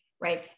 right